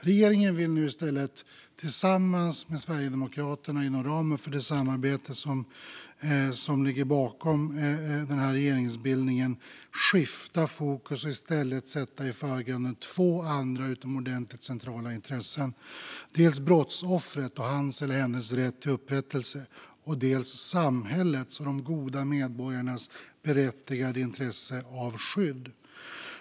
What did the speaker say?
I stället vill nu regeringen tillsammans med Sverigedemokraterna inom ramen för det samarbete som ligger bakom den här regeringsbildningen skifta fokus och sätta två andra utomordentligt centrala intressen i förgrunden: dels brottsoffret och hans eller hennes rätt till upprättelse, dels samhällets och de goda medborgarnas berättigade intresse av skydd.